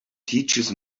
teaches